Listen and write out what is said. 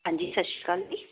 ਹਾਂਜੀ ਸਤਿ ਸ਼੍ਰੀ ਅਕਾਲ ਜੀ